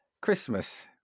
Christmas